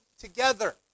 together